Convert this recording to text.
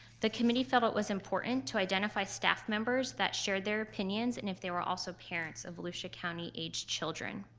the committee felt it was important to identify staff members that shared their opinions and if they were also parents of volusia county aged children.